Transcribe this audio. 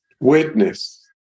witness